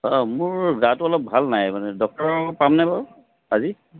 মোৰ গাটো অলপ ভাল নাই মানে ডক্টৰ পামনে বাৰু আজি